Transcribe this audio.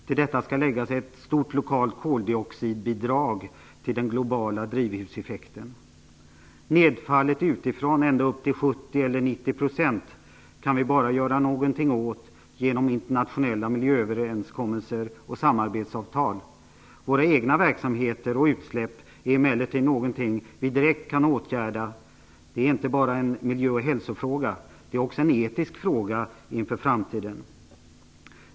Till detta skall läggas ett stort lokalt koldioxidbidrag till den globala drivhuseffekten. Nedfallet utifrån - ända upp till 70 eller 90 %- kan vi bara göra någonting åt genom internationella miljööverenskommelser och samarbetsavtal. Våra egna verksamheter och utsläpp är emellertid någonting vi direkt kan åtgärda. Det är inte bara en miljö och hälsofråga; det är också en etisk fråga inför framtiden.